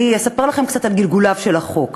אני אספר לכם קצת על גלגוליו של החוק.